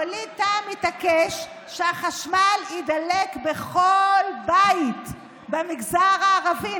ווליד טאהא מתעקש שהחשמל יידלק בכל בית במגזר הערבי,